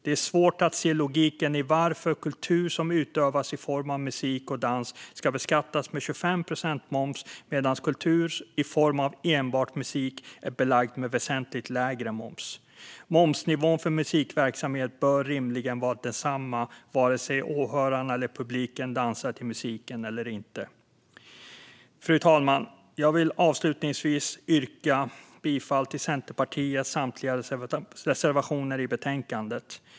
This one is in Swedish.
Det är svårt att se logiken i varför kultur som utövas i form av musik och dans ska beskattas med 25 procents moms medan kultur i form av enbart musik är belagd med väsentligt lägre moms. Momsnivån för musikverksamhet bör rimligen vara densamma vare sig åhörarna eller publiken dansar till musiken eller inte. Fru talman! Jag vill avslutningsvis yrka bifall till Centerpartiets samtliga reservationer i betänkandet.